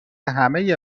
همه